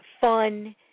fun